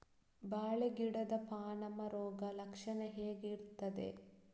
ಬಾಳೆ ಗಿಡದ ಪಾನಮ ರೋಗ ಲಕ್ಷಣ ಹೇಗೆ ಇರ್ತದೆ?